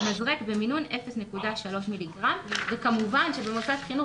מזרק במינון 0.3 מיליגרם." כמובן שבמוסד חינוך